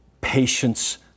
patience